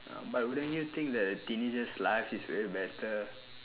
but wouldn't you think that a teenager's life is way better